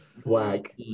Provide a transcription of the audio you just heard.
Swag